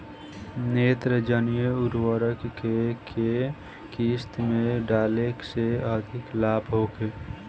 नेत्रजनीय उर्वरक के केय किस्त में डाले से अधिक लाभ होखे?